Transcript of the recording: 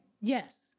Yes